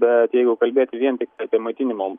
bet jeigu kalbėti vien tiktai apie maitinimo